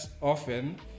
often